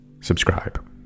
subscribe